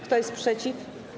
Kto jest przeciw?